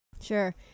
Sure